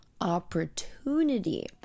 opportunity